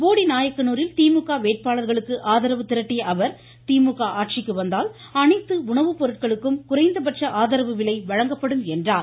போடிநாயக்கனூரில் திமுக வேட்பாளர்களுக்கு ஆதரவு திரட்டிய அவர் திமுக ஆட்சிக்கு வந்தால் அனைத்து உணவு பொருட்களுக்கும் குறைந்த பட்ச ஆதரவு விலை வழங்கப்படும் என்றார்